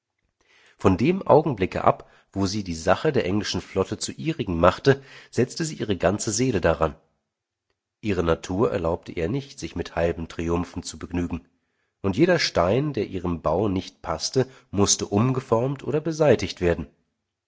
von dem augenblicke ab wo sie die sache der englischen flotte zur ihrigen machte setzte sie ihre ganze seele daran ihre natur erlaubte ihr nicht sich mit halben triumphen zu begnügen und jeder stein der ihrem bau nicht paßte mußte umgeformt oder beseitigt werden